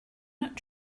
not